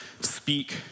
speak